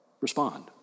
Respond